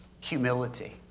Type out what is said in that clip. humility